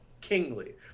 kingly